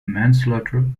manslaughter